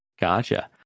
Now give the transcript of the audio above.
Gotcha